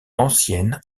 ancienne